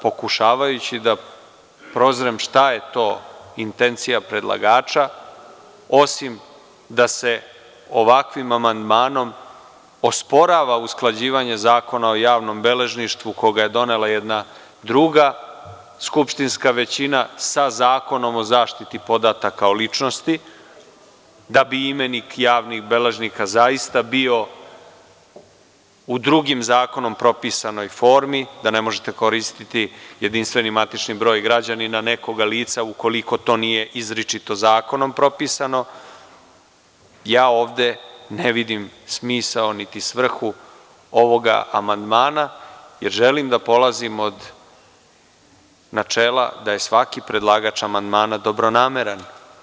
Pokušavajući da prozrem šta je to intencija predlagača, osim da se ovakvim amandmanom osporava usklađivanje Zakona o javnom beležništvu, koga je donela jedna druga skupštinska većina, sa Zakonom o zaštiti podataka o ličnosti, da bi imenik javnih beležnika zaista bio u drugoj zakonom propisanoj formi, da ne možete koristiti jedinstveni matični broj građanina nekog lica ukoliko to nije izričito zakonom propisano, ja zaista ne vidim smisao niti svrhu ovog amandmana, jer želim da polazim od načela da je svaki predlagač amandmana dobronameran.